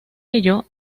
ello